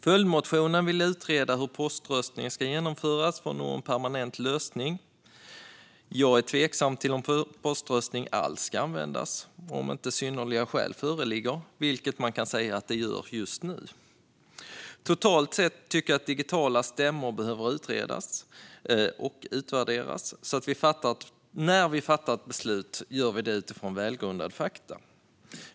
Följdmotionen vill utreda hur poströstning ska genomföras för att nå en permanent lösning. Jag är tveksam till om poströstning alls ska användas om inte synnerliga skäl föreligger, vilket man kan säga att de gör just nu. Totalt sett tycker jag att digitala stämmor behöver utredas och utvärderas så att vi när vi fattar ett beslut gör det utifrån välgrundade fakta.